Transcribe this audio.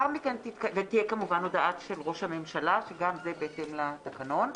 ותהיה הודעה של ראש הממשלה, שגם זה בהתאם לתקנון.